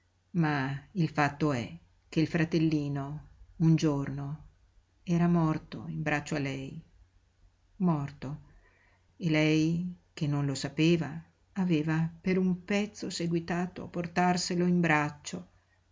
ma il fatto è che il fratellino un giorno era morto in braccio a lei morto e lei che non lo sapeva aveva per un pezzo seguitato a portarselo in braccio